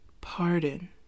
pardon